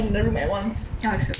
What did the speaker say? ya true